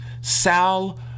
Sal